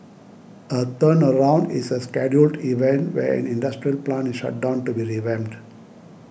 a turnaround is a scheduled event where an industrial plant is shut down to be revamped